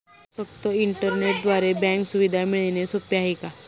फक्त इंटरनेटद्वारे बँक सुविधा मिळणे सोपे आहे का?